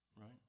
Right